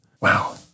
Wow